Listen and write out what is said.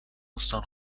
استان